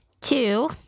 two